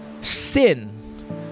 sin